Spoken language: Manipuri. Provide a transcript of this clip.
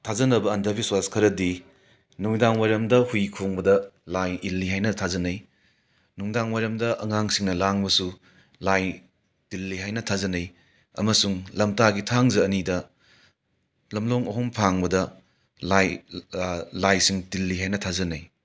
ꯊꯥꯖꯅꯕ ꯑꯟꯗꯕꯤꯁꯋꯥꯁ ꯈꯔꯗꯤ ꯅꯨꯡꯗꯥꯡꯋꯥꯏꯔꯝꯗ ꯍꯨꯏ ꯈꯣꯡꯕꯗ ꯂꯥꯏ ꯏꯜꯂꯤ ꯍꯥꯏꯅ ꯊꯥꯖꯅꯩ ꯅꯨꯡꯗꯥꯡꯋꯥꯏꯔꯝꯗ ꯑꯉꯥꯡꯁꯤꯡꯅ ꯂꯥꯡꯕꯁꯨ ꯂꯥꯏ ꯇꯤꯜꯂꯤ ꯍꯥꯏꯅ ꯊꯥꯖꯅꯩ ꯑꯃꯁꯨꯡ ꯂꯝꯇꯥꯒꯤ ꯊꯥꯡꯖ ꯑꯅꯤꯗ ꯂꯝꯂꯣꯡ ꯑꯍꯨꯝ ꯐꯥꯡꯕꯗ ꯂꯥꯏꯁꯤꯡ ꯇꯤꯜꯂꯤ ꯍꯥꯏꯅ ꯊꯥꯖꯅꯩ